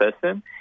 person